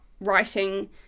writing